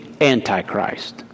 antichrist